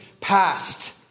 past